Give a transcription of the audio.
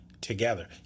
together